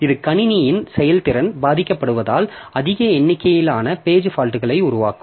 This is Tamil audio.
இது கணினியின் செயல்திறன் பாதிக்கப்படுவதால் அதிக எண்ணிக்கையிலான பேஜ் ஃபால்ட்களை உருவாக்கும்